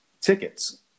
tickets